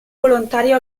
volontario